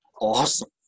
awesome